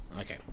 Okay